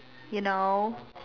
you know